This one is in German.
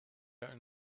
halten